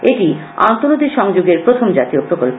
এটি আন্তনদী সংযোগের প্রথম জাতীয় প্রকল্প